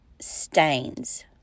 stains